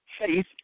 Faith